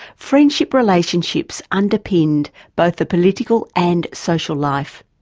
friendship relationships underpinned both the political and social life.